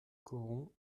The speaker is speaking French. coron